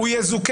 הוא לא יזוכה,